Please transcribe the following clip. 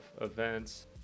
events